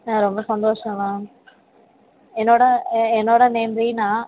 ஆ ரொம்ப சந்தோஷம் மேம் என்னோட என்னோட நேம் ரீனா